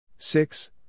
Six